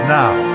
now